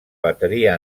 bateria